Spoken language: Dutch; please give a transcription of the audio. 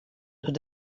door